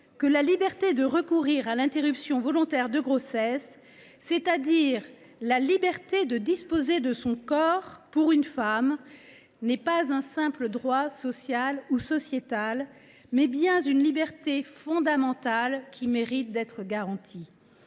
de la liberté de recourir à l’interruption volontaire de grossesse, c’est à dire de la liberté de la femme de disposer de son corps, est non pas un simple droit social ou sociétal, mais bien une liberté fondamentale, qui mérite d’être garantie